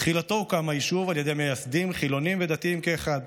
בתחילתו הוקם היישוב על ידי מייסדים חילונים ודתיים כאחד.